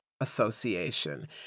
association